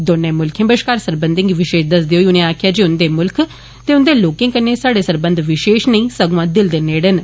दौनें मुल्खें बश्कार सरबंधें गी विशेष दसदे होई उनें आक्खेया जे उन्दे मुल्खै ते उन्दे लोर्के कन्नै साहड़े सरबंध विशेष गै नेंई संग्आं दिल दे नेड़े न